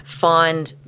find